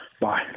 Bye